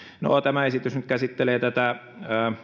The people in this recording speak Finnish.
no tämä esitys nyt käsittelee tätä